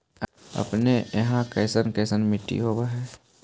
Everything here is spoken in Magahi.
अपने यहाँ कैसन कैसन मिट्टी होब है?